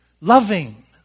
loving